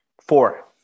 Four